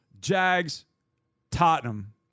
Jags-Tottenham